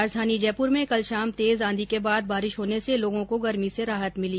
राजधानी जयपुर में कल शाम तेज आंधी के बाद बारिश होने से लोगों को गर्मी से राहत मिली